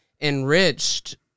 enriched